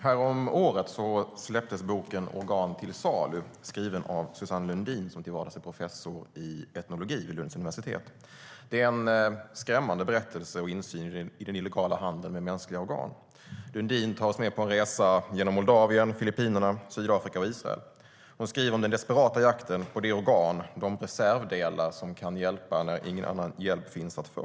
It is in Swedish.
Herr talman! Häromåret släpptes boken Organ till salu , skriven av Susanne Lundin, som till vardags är professor i etnologi vid Lunds universitet. Det är en skrämmande berättelse om och insyn i den illegala handeln med mänskliga organ. Lundin tar oss med på en resa genom Moldavien, Filippinerna, Sydafrika och Israel. Hon skriver om den desperata jakten på de organ, de reservdelar, som kan hjälpa när ingen annan hjälp finns att få.